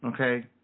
Okay